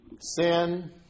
Sin